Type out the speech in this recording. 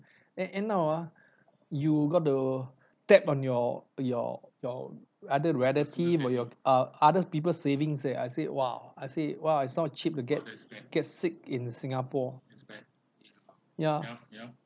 end end up ah you got to tap on your your your other relative or your uh other people savings leh I said !wah! I say !wah! it's not cheap to get get sick in singapore ya